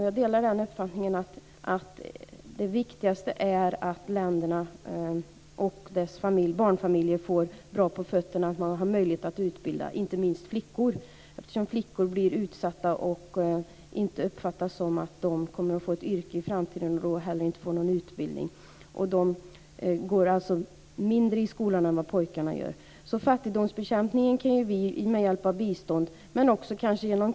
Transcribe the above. Jag delar uppfattningen att det viktigaste är att länderna och barnfamiljerna där får så att säga bra på fötterna, att barnen har möjlighet att utbilda sig, inte minst flickor, eftersom flickor blir utsatta och det inte uppfattas som att de kommer att få ett yrke i framtiden och då inte heller får någon utbildning. Flickor går i mindre utsträckning i skolan än pojkar. Fattigdomsbekämpningen kan vi hjälpa till med genom biståndet.